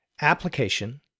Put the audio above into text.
application